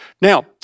Now